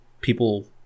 people